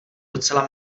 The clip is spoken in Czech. docela